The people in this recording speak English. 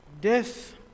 Death